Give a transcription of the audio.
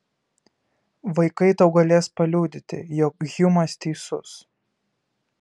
vaikai tau galės paliudyti jog hjumas teisus